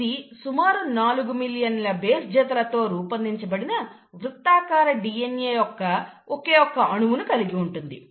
ఇది సుమారు నాలుగు మిలియన్ల బేస్ జతల తో రూపొందించబడిన వృత్తాకార DNA యొక్క ఒక ఒక్క అణువు కలిగి ఉంటుంది